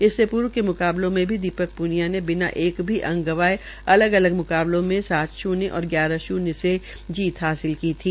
इससे पूर्व के मुकाबले में भी दीपक पूनिया ने बिना एक भी अंक गवाये अलग अलग मुकाबलों में सात शून्य और ग्यारह शून्य से जीत हासिल की ली